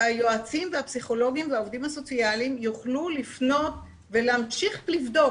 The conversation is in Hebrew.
והיועצים והפסיכולוגים והעובדים הסוציאליים יוכלו לפנות ולהמשיך לבדוק.